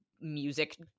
music